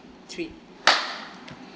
three